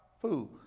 food